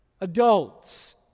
adults